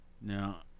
Now